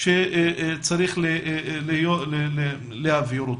ושצריך להבהיר אותו.